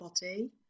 body